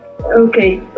Okay